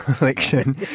election